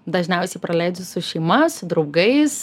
dažniausiai praleidžiu su šeima su draugais